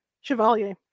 Chevalier